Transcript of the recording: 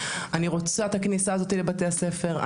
אני רוצה את הכניסה הזאת לבתי הספר,